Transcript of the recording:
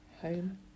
home